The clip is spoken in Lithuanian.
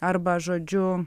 arba žodžiu